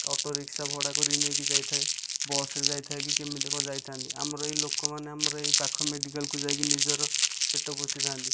auto rickshaw ଭଡ଼ା କରି ନେଇକି ଯାଇଥାଏ ବସରେ ଯାଇଥାଏ କି କେମିତି କଣ ଯାଇଥାନ୍ତି ଆମର ଏଇ ଲୋକମାନେ ଆମର ଏଇ ପାଖ ମେଡିକାଲ କୁ ଯାଇକି ନିଜର ପେଟ ପୋଷିଥାନ୍ତି